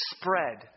spread